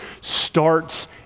starts